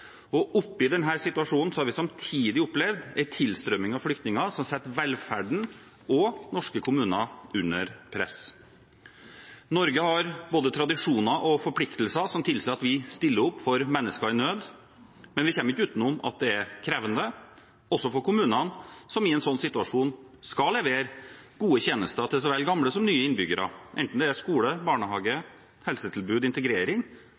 stiller opp for mennesker i nød, men vi kommer ikke utenom at det er krevende, også for kommunene, som i en sånn situasjon skal levere gode tjenester til så vel gamle som nye innbyggere, enten det gjelder skole, barnehage, helsetilbud, integrering